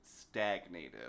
stagnated